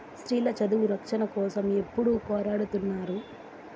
స్త్రీల చదువు రక్షణ కోసం ఎప్పుడూ పోరాడుతున్నారు